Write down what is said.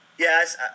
Yes